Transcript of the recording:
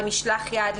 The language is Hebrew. למשלח יד,